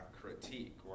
critique